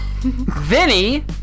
Vinny